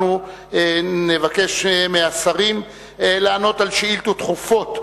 אנחנו נבקש מהשרים לענות על שאילתות דחופות.